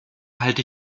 halte